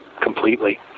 completely